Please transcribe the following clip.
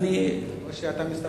או שאתה מסתפק בזה?